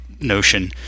notion